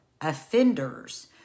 offenders